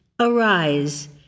Arise